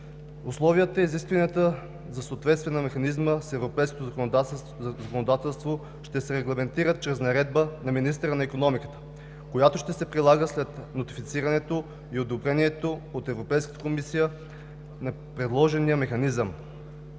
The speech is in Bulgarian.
Условията и изискванията за съответствие на механизма с европейското законодателство ще се регламентират чрез наредба на министъра на икономиката, която ще се прилага след нотифицирането и одобрението от Европейската комисия на предложения механизъм.